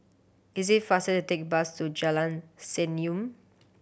it is faster to take the bus to Jalan Senyum